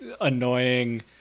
annoying